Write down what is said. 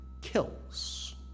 kills